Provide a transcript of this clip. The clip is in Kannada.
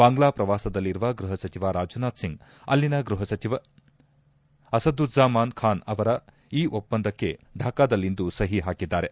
ಬಾಂಗ್ಲಾ ಪ್ರವಾಸದಲ್ಲಿರುವ ಗೃಹ ಸಚಿವ ರಾಜ್ನಾಥ್ ಸಿಂಗ್ ಅಲ್ಲಿನ ಗೃಹ ಸಚಿವ ಅಸದುಝ್ವಾಮಾನ್ ಖಾನ್ ಈ ಒಪ್ಪಂದಕ್ಕೆ ಢಾಕಾದಲ್ಲಿಂದು ಸಹಿ ಹಾಕಿದ್ದಾರೆ